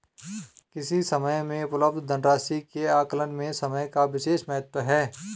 किसी समय में उपलब्ध धन राशि के आकलन में समय का विशेष महत्व है